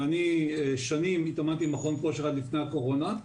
ואני שנים התאמנתי במכון כושר עד לפני הקורונה,